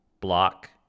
block